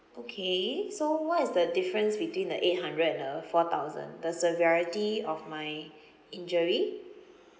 okay so what is the difference between the eight hundred and the four thousand the severity of my injury